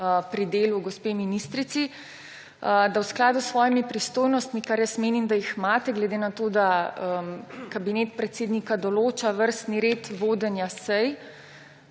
pri delu gospe ministrici – da v skladu s svojimi pristojnostmi, o katerih menim, da jih imate glede na to, da kabinet predsednika določa vrstni red vodenja sej,